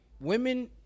Women